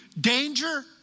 danger